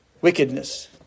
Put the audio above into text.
wickedness